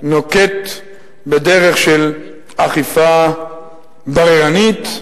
נוקט דרך של אכיפה בררנית.